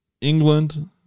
England